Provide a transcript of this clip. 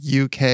UK